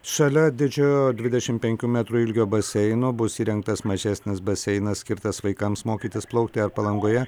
šalia didžiojo dvidešimt penkių metrų ilgio baseino bus įrengtas mažesnis baseinas skirtas vaikams mokytis plaukti ar palangoje